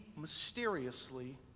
mysteriously